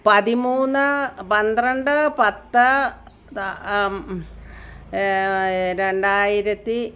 പതിമൂന്ന് പന്ത്രണ്ട് പത്ത് രണ്ടായിരത്തി